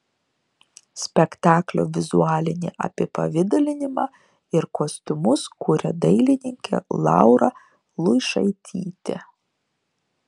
spektaklio vizualinį apipavidalinimą ir kostiumus kuria dailininkė laura luišaitytė